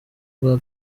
rwa